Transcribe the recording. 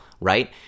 right